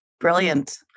Brilliant